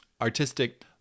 Artistic